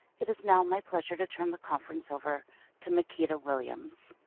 it is now my pleasure to turn the conference over to makeda williams.